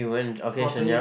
you went okay Shenyang